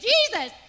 Jesus